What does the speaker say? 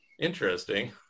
Interesting